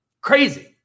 crazy